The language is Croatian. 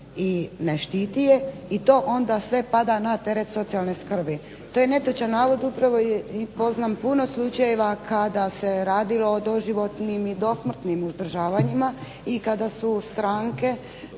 i ne štiti je i to onda sve pada na teret socijalne skrbi. To je netočan navod, upravo poznam puno slučajeva kada se radilo o doživotnim i dosmrtnim uzdržavanjima i kada su stranke